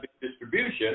distribution